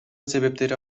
себептери